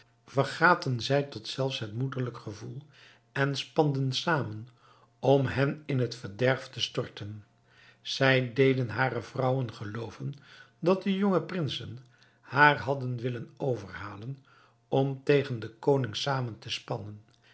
vergaten zij tot zelfs het moederlijk gevoel en spanden zamen om hen in het verderf te storten zij deden hare vrouwen gelooven dat de jonge prinsen haar hadden willen overhalen om tegen den koning zamen te spannen